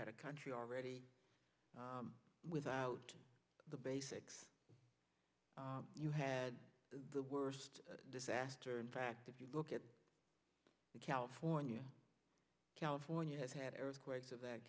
had a country already without the basics you had the worst disaster in fact if you look at california california has had earthquakes of that